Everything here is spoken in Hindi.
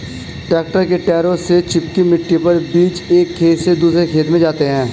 ट्रैक्टर के टायरों से चिपकी मिट्टी पर बीज एक खेत से दूसरे खेत में जाते है